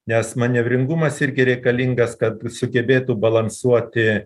nes manevringumas irgi reikalingas kad sugebėtų balansuoti